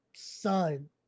son